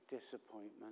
disappointment